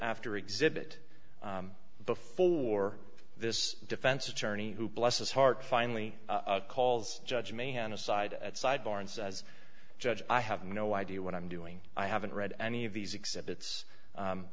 after exhibit before this defense attorney who bless his heart finally calls judge mehan aside at sidebar and says judge i have no idea what i'm doing i haven't read any of these exhibits